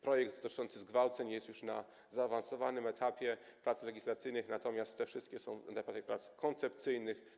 Projekt dotyczący zgwałceń jest już na zaawansowanym etapie prac legislacyjnych, natomiast te wszystkie są na etapie prac koncepcyjnych.